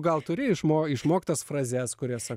gal turi išmo išmokt tas frazes kurias sa